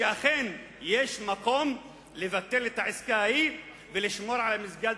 שאכן יש מקום לבטל את העסקה ההיא ולשמור על המסגד